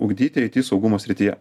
ugdyti aity saugumo srityje